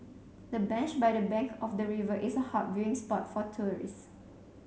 the bench by the bank of the river is a hot viewing spot for tourists